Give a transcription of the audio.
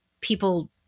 people